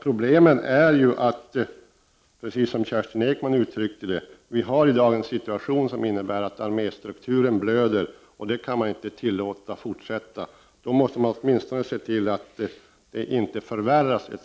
Problemen är ju, precis som Kerstin Ekman uttryckte saken, att dagens situation innebär att arméstrukturen blöder. Vi kan inte tillåta att detta fortsätter. Då måste vi åtminstone se till att ett sådant läge inte förvärras.